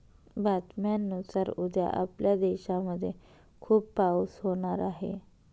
बातम्यांनुसार उद्या आपल्या देशामध्ये खूप पाऊस होणार आहे